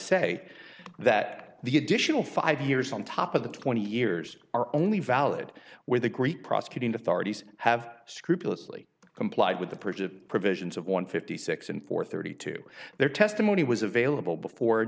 say that the additional five years on top of the twenty years are only valid where the greek prosecuting authorities have scrupulously complied with the purchase provisions of one fifty six and four thirty two their testimony was available before